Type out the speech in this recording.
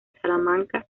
salamanca